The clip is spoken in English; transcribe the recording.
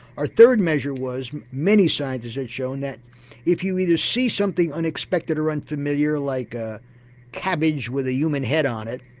our third measure was many scientists had shown that if you either see something unexpected or unfamiliar like a cabbage with a human head on it,